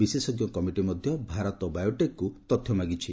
ବିଶେଷଜ୍ଞ କମିଟି ମଧ୍ୟ ଭାରତ ବାୟୋଟେକରୁ ତଥ୍ୟ ମାଗିଛି